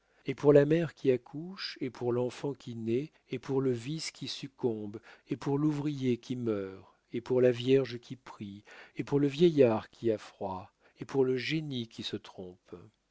et pour la mère qui accouche et pour l'enfant qui naît et pour le vice qui succombe et pour l'ouvrier qui meurt et pour la vierge qui prie et pour le vieillard qui a froid et pour le génie qui se trompe